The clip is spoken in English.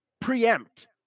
preempt